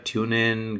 TuneIn